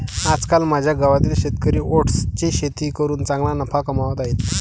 आजकाल माझ्या गावातील शेतकरी ओट्सची शेती करून चांगला नफा कमावत आहेत